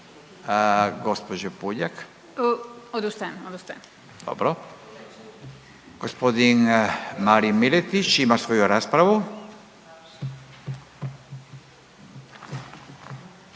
Gospodin Marin Miletić ima svoju raspravu.